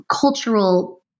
cultural